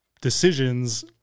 decisions